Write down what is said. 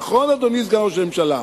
נכון, אדוני סגן ראש הממשלה?